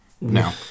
No